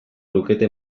lukete